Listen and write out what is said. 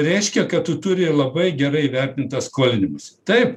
tai reiškia kad tu turi labai gerai įvertint tą skolinimąsi taip